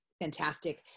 fantastic